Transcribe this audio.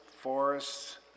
forests